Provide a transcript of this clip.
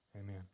Amen